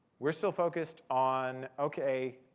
we're still focused on, ok,